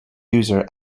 user